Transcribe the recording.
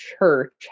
church